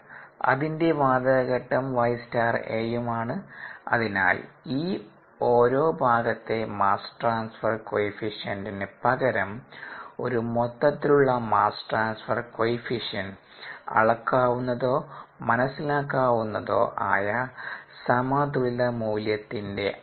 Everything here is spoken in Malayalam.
അതിൻറെ വാതക ഘട്ടം 𝑦∗A ഉം ആണ് അതിനാൽ ഈ ഓരോ ഭാഗത്തെ മാസ് ട്രാൻസ്ഫർ കോയെഫീസിയൻറിന് പകരം ഒരു മൊത്തത്തിലുള്ള മാസ് ട്രാൻസ്ഫർ കോഎഫിഷ്യന്റ് അളക്കാവുന്നതോ മനസ്സിലാക്കാവുന്നതോ ആയ സമതുലിതമൂല്യത്തിൻറെ അളവ്